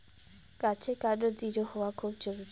গাছের কান্ড দৃঢ় হওয়া খুব জরুরি